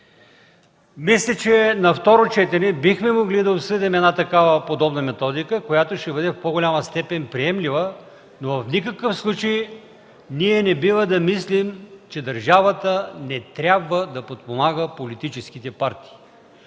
Мисля, че на второ четене бихме могли да обсъдим такава подобна методика, която ще бъде в по-голяма степен приемлива, но в никакъв случай ние не бива да мислим, че държавата не трябва да подпомага политическите партии.